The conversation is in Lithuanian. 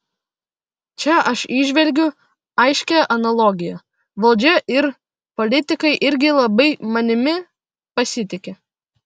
čia aš įžvelgiu aiškią analogiją valdžia ir politikai irgi labai manimi pasitiki